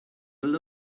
built